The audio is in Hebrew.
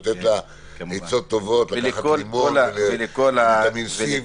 לתת לה עצות טובות לקחת לימון וויטמין C,